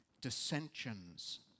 dissensions